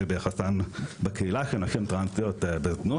ביחסן בקהילה של נשים טרנסיות בזנות.